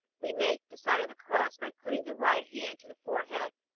we make the sign of the cross by putting the right hand to the forehead,